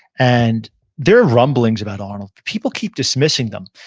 and there are rumblings about arnold. people keep dismissing them.